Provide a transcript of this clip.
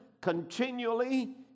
continually